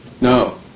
no